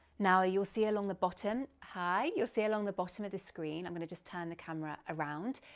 now, you'll see along the bottom, hi, you'll see along the bottom of the screen, i'm gonna just turn the camera around.